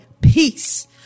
peace